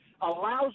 allows